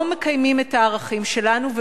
לא מקיימים את הערכים שלנו,